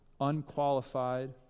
unqualified